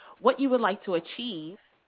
what you would like to achieve,